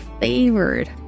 favored